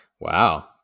Wow